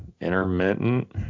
intermittent